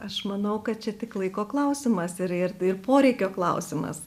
aš manau kad čia tik laiko klausimas ir ir ir poreikio klausimas